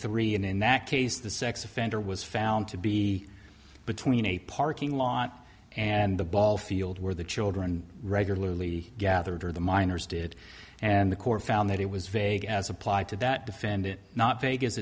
three and in that case the sex offender was found to be between a parking lot and the ball field where the children regularly gathered or the minors did and the court found that it was vague as applied to